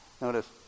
notice